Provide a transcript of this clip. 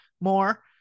more